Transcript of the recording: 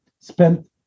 spent